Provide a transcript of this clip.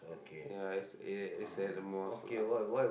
ya as eh it's at the mosque lah